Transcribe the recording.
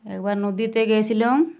একবার নদীতে গিয়েছিলাম